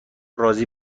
راضی